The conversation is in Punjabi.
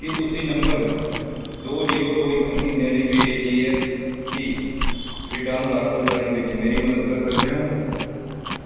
ਕੀ ਤੁਸੀਂ ਨਵੰਬਰ ਦੋ ਜ਼ੀਰੋ ਦੋ ਇੱਕ ਮਹੀਨੇ ਲਈ ਮੇਰੀ ਜੀ ਐੱਸ ਟੀ ਰਿਟਰਨ ਦਾਖਲ ਕਰਨ ਵਿੱਚ ਮੇਰੀ ਮਦਦ ਕਰ ਸਕਦੇ ਹੋ